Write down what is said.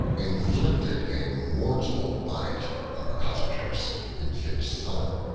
inflicted a mortal bite on the cottager's infant son.